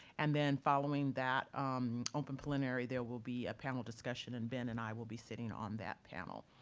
and then following that um open plenary there will be a panel discussion. and ben and i will be sitting on that panel.